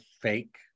fake